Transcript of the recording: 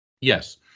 Yes